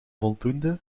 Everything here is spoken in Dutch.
voldoende